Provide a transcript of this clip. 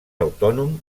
autònom